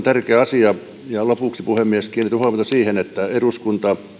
tärkeä asia ja lopuksi puhemies kiinnitän huomiota siihen että eduskunta